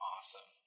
Awesome